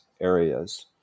areas